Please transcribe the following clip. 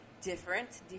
different